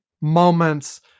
moments